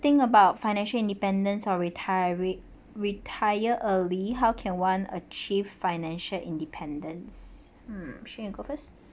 think about financial independence or retiring retire early how can one achieve financial independence mm shien you go first